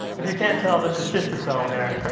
if you can't tell, that's a schistosome there.